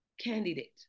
candidate